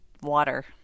Water